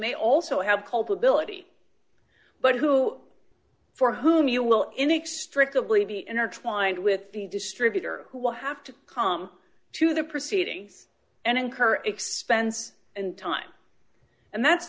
may also have culpability but who for whom you will in extract of levy intertwined with the distributor who will have to come to the proceedings and incur expense and time and that's